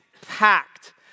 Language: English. packed